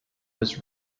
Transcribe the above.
was